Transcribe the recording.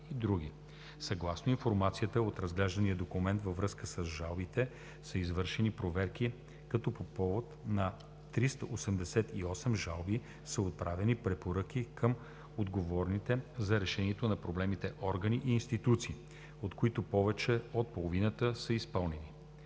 Съгласно информацията от разглеждания документ, във връзка с жалбите, са извършени проверки като по повод на 388 жалби са отправени препоръки към отговорните за решаването на проблемите органи и институции, от които повече от половината са изпълнени.